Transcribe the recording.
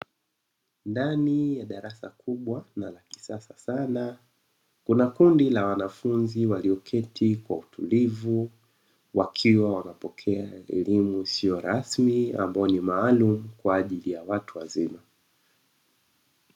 Ndani ya darasa kubwa la kisasa sana kuna kundi la wanafunzi walioketi kwa utulivu wakiwa wanapokea elimu isiyo rasmi ambayo ni maalumu kwa ajili ya watu wazima.